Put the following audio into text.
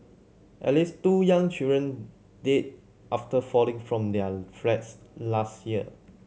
at least two young children died after falling from their flats last year